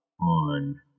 on